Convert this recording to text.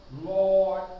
Lord